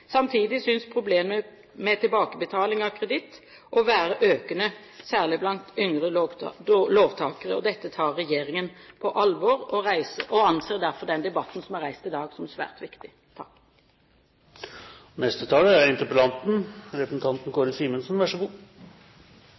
Samtidig synes problemene med tilbakebetaling av kreditt å være økende, særlig blant yngre låntakere. Dette tar regjeringen på alvor, og anser derfor den debatten som er reist i dag, som svært viktig.